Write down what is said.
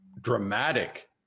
dramatic